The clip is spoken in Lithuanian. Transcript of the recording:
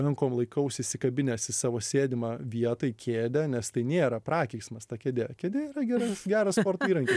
rankom laikausi įsikabinęs į savo sėdimą vietą į kėdę nes tai nėra prakeiksmas ta kėdė kėdė yra geras geras įrankis